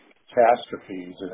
catastrophes